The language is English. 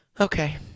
Okay